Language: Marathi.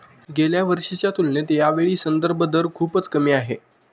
गेल्या वर्षीच्या तुलनेत यावेळी संदर्भ दर खूपच कमी आहे